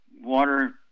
water